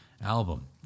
album